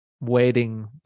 waiting